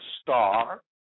star